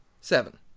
Seven